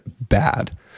bad